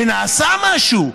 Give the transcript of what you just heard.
ונעשה משהו.